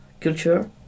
culture